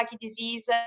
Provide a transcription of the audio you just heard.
disease